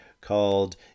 called